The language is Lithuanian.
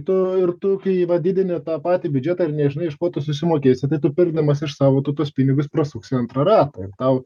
to ir tu kai va didini tą patį biudžetą ir nežinai iš ko tu susimokėsi tai pirkdamas iš savo tu tuos pinigus prasuksi antrą ratą ir tau